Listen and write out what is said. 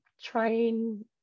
trying